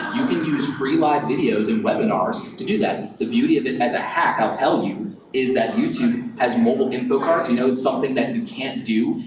you can use free live videos and webinars to do that. the beauty of it as a hack, i'll tell you is that youtube has mobile info cart. you know it's something that you can't do,